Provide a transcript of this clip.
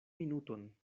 minuton